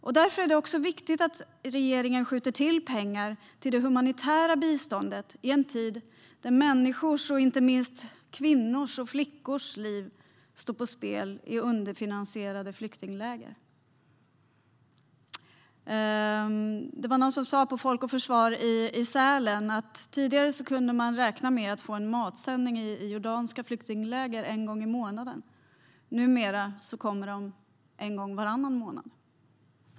Det är också viktigt att regeringen skjuter till pengar till det humanitära biståndet i en tid då människors, inte minst kvinnors och flickors, liv står på spel i underfinansierade flyktingläger. På Folk och Försvar i Sälen var det någon som sa att tidigare kunde man räkna med att få en matsändning i jordanska flyktingläger en gång i månaden. Numera kommer matsändningarna en gång varannan månad.